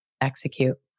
execute